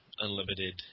Unlimited